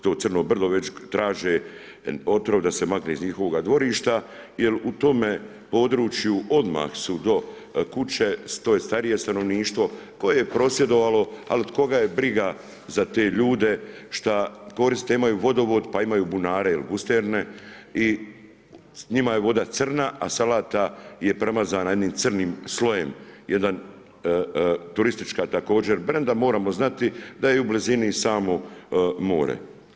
To crno brdo već traže otrov da se makne iz njihovoga dvorišta, jer u tome području odmah su do kuće stoji starije stanovništvo koje je prosvjedovalo, ali koga je briga za te ljude šta koriste imaju vodovod pa imaju bunare ili busterne i njima je voda crna, a salata je premazana jednim crnim slojem, jedan također turistički brend, a moramo znati da je u blizini samo more.